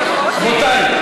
רבותי,